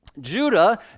Judah